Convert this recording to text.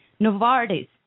Novartis